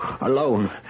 alone